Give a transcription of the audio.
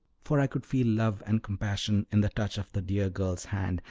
for i could feel love and compassion in the touch of the dear girl's hand,